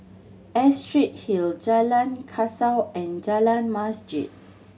Astrid Hill Jalan Kasau and Jalan Masjid